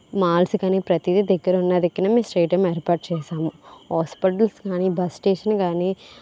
malls కాని ప్రతీది దగ్గర ఉన్నా దగ్గర స్టేడియం ఏర్పాటు చేశాము హాస్పిటల్స్ కాని బస్ స్టేషన్ కాని